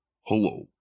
Hello